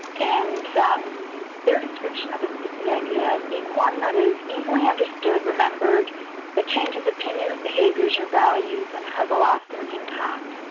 and their description of a sticky idea is one that is easily understood, remembered that changes opinions, behaviors or values and has a lasting impact.